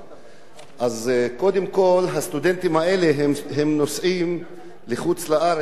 הסטודנטים האלה נוסעים לחוץ-לארץ בגלל כל מיני בעיות